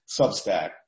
Substack